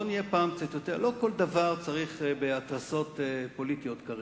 לא כל דבר צריך בהתרסות פוליטיות כרגע.